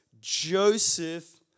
Joseph